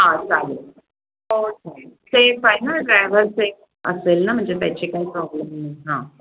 हां चालेल हो चालेल सेफ आहे ना ड्रायव्हर सेफ असेल ना म्हणजे त्याची काही प्रॉब्लेम नाही हां